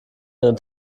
ihren